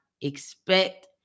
expect